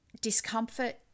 discomfort